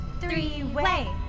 Three-way